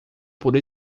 por